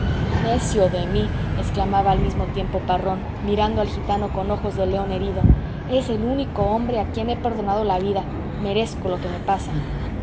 necio de mí exclamaba al mismo tiempo parrón mirando al gitano con ojos de león herido es el único hombre a quien he perdonado la vida merezco lo que me pasa